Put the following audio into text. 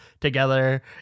together